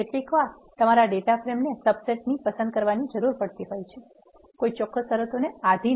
કેટલીકવાર તમારે ડેટા ફ્રેમના સબસેટને પસંદ કરવાની જરૂર પડતી હોય છે કોઈ ચોક્કસ શરતો ને આધિન